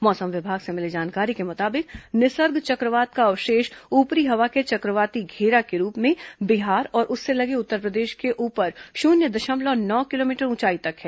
मौसम विभाग से मिली जानकारी के मुताबिक निसर्ग चक्रवात का अवशेष ऊपरी हवा के चक्रवर्ती घेरा के रूप में बिहार और उससे लगे उत्तरप्रदेश के ऊपर शून्य दशमलव नौ किलोमीटर ऊंचाई तक है